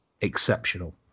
exceptional